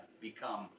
become